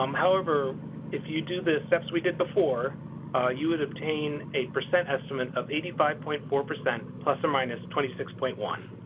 um however if you do the steps we did before you would obtain a percent estimate of eighty five point four plus or minus twenty six point one.